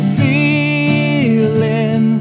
feeling